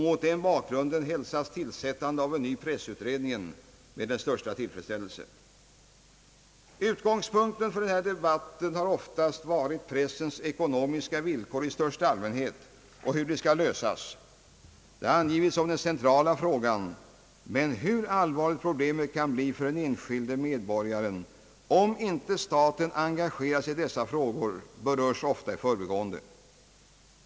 Mot den bakgrunden hälsas tillsättandet av en ny pressutredning med den största tillfredsställelse. Utgångspunkten för denna debatt har oftast varit pressens ekonomiska villkor i största allmänhet och hur de skall ordnas. Det har angivits som den centrala frågan, men hur allvarligt problemet kan bli för den enskilde medborgaren om inte staten engagerar sig i dessa frågor, berörs ofta i förbigående.